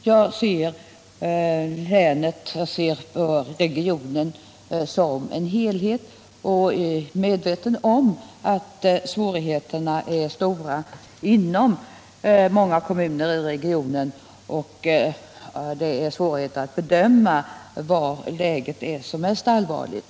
Jag ser nämligen länet och regionen som en helhet, och jag är medveten om att svårigheterna är stora inom många kommuner i regionen och att det är svårt att bedöma var läget är som mest allvarligt.